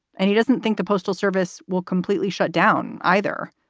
and he doesn't think the postal service will completely shut down either.